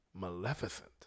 maleficent